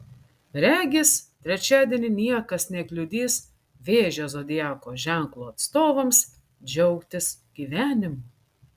regis trečiadienį niekas nekliudys vėžio zodiako ženklo atstovams džiaugtis gyvenimu